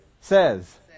Says